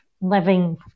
living